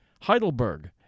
Heidelberg